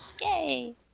Yay